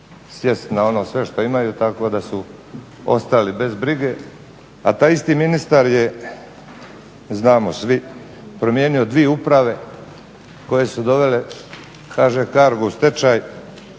sjest na ono sve što imaju tako da su ostali bez brige. A taj isti ministar je, znamo svi, promijenio dvije uprave koje su dovele HŽ Cargo u stečaj,